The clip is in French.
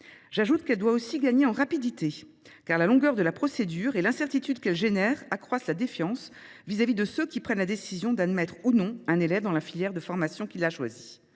J’ajoute qu’elle doit aussi gagner en rapidité, car la longueur de la procédure et l’incertitude que cela emporte accroissent la défiance vis à vis de ceux qui prennent la décision d’admettre ou non un élève dans la filière de formation qu’il a choisie.